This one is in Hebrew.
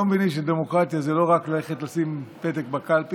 הם לא מבינים שדמוקרטיה זה לא רק ללכת לשים פתק בקלפי,